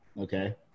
Okay